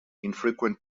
infrequent